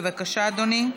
בבקשה, אדוני.